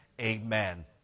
Amen